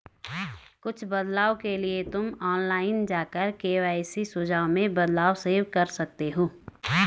कुछ बदलाव के लिए तुम ऑनलाइन जाकर के.वाई.सी सुझाव में बदलाव सेव कर सकते हो